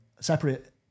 Separate